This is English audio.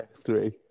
three